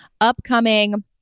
Upcoming